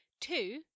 Two